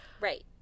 Right